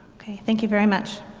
ok. thank you very much.